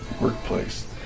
workplace